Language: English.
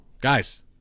Guys